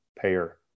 payer